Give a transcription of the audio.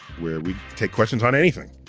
where we take questions on anything,